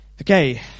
Okay